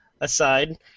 aside